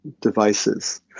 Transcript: devices